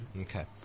Okay